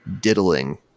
diddling